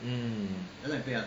mm